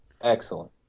Excellent